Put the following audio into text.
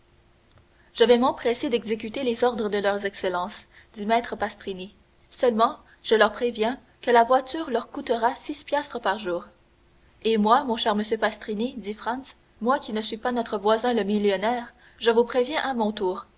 je vais m'empresser d'exécuter les ordres de leurs excellences dit maître pastrini seulement je les préviens que la voiture leur coûtera six piastres par jour et moi mon cher monsieur pastrini dit franz moi qui ne suis pas notre voisin le millionnaire je vous préviens à mon tour